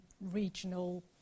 regional